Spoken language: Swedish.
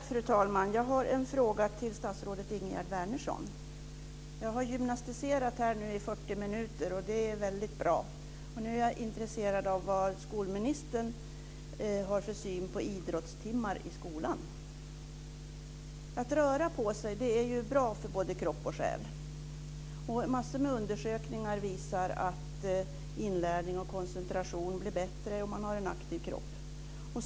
Fru talman! Jag har en fråga till statsrådet Ingegerd Wärnersson. Jag har nyss gymnastiserat i 40 minuter, och det är något som är väldigt bra. Jag är nu intresserad av vilken syn skolministern har på idrottstimmar i skolan. Att röra på sig är bra för både kropp och själ, och massor av undersökningar visar att inlärning och koncentration blir bättre i en aktiv kropp.